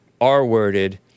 R-worded